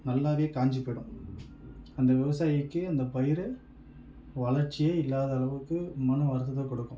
நல்லாவே காஞ்சி போய்டும் அந்த விவசாயிக்கு அந்த பயிரை வளர்ச்சியே இல்லாத அளவுக்கு மன அழுத்தத்தை கொடுக்கும்